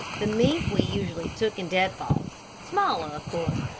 the mink we usually took in deadfalls, smaller, of course,